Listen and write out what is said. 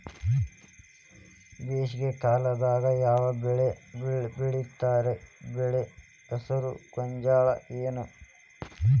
ಬೇಸಿಗೆ ಕಾಲದಾಗ ಯಾವ್ ಬೆಳಿ ಬೆಳಿತಾರ, ಬೆಳಿ ಹೆಸರು ಗೋಂಜಾಳ ಏನ್?